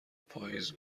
پاییز